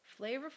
flavorful